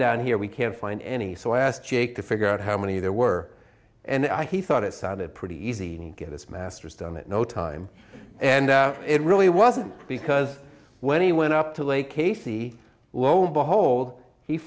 down here we can't find any so i asked jake to figure out how many there were and i he thought it sounded pretty easy give us masters done at no time and it really wasn't because when he went up to lake k c lo and behold he